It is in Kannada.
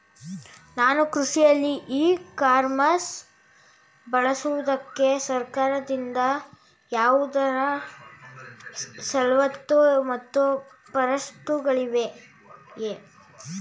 ನಾನು ಕೃಷಿಯಲ್ಲಿ ಇ ಕಾಮರ್ಸ್ ಬಳಸುವುದಕ್ಕೆ ಸರ್ಕಾರದಿಂದ ಯಾವುದಾದರು ಸವಲತ್ತು ಮತ್ತು ಷರತ್ತುಗಳಿವೆಯೇ?